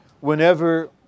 Whenever